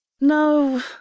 No